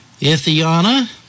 Ithiana